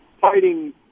fighting